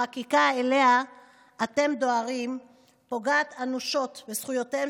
החקיקה שאליה אתם דוהרים פוגעת אנושית בזכויותיהן